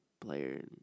player